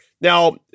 Now